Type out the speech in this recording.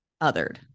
othered